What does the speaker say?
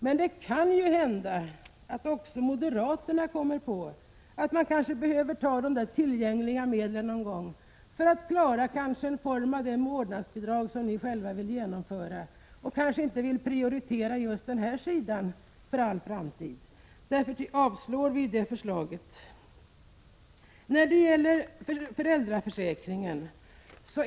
Men det kan ju hända att också moderaterna kommer på att man behöver de tillgängliga medlen för att klara t.ex. en form av det vårdnadsbidrag som de vill genomföra. Man kanske inte vill prioritera just den här sidan för all framtid. Därför yrkar vi avslag på det förslaget.